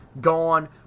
gone